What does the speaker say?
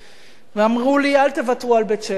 ואמרו לי: אל תוותרו על בית-שמש.